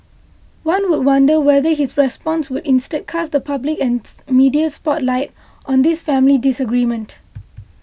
one would wonder whether his response would instead cast the public and media spotlight on this family disagreement